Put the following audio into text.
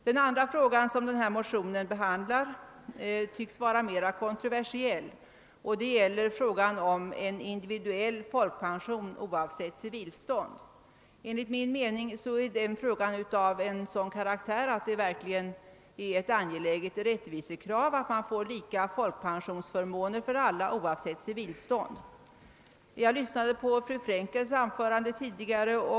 Den andra fråga som behandlas i motionen tycks vara mer kontroversiell. Den gäller en individuell folkpension oavsett civilstånd. Enligt min mening är det verkligen ett angeläget rättvisekrav att man får lika folkpensionsförmåner för alla oavsett civilstånd. Jag lyssnade på fru Frenkels anförande tidigare.